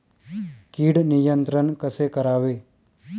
कीड नियंत्रण कसे करावे?